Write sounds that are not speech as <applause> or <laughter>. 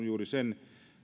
<unintelligible> juuri sen